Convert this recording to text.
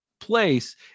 place